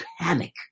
panic